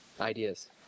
ideas